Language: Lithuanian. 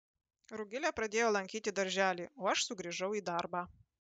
rugilė pradėjo lankyti darželį o aš sugrįžau į darbą